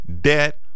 debt